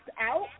out